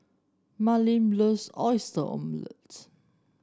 Marleen loves Oyster Omelette